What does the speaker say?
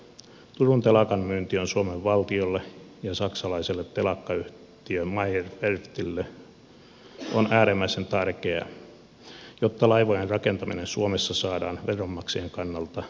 turun telakan myynti on suomen valtiolle ja saksalaiselle telakkayhtiölle meyer werftille äärimmäisen tärkeää jotta laivojen rakentaminen suomessa saadaan veronmaksajien kannalta terveemmälle pohjalle